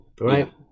right